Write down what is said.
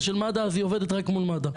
של מד"א אז היא עובדת רק מול מד"א.